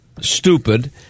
stupid